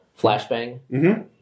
flashbang